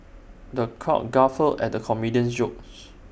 the crowd guffawed at the comedian's jokes